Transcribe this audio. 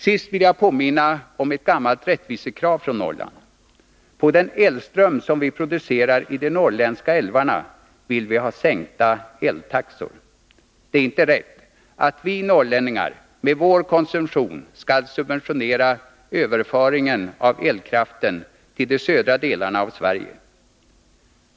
Sist vill jag påminna om ett gammalt rättvisekrav från Norrland. På den elström som vi producerar i de norrländska älvarna vill vi ha sänkta eltaxor. Det är inte rätt att vi norrlänningar med vår konsumtion skall subventionera överföring av elkraften till de södra delarna av Sverige.